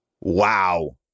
Wow